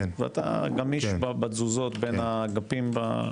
ואתה גמיש בתזוזות בין האגפים.